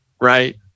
right